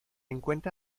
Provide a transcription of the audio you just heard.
encuentra